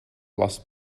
last